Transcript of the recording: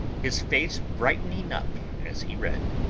his face brightening up as he read.